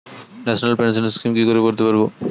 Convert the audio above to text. National pension scheme কি করে করতে পারব?